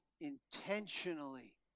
Intentionally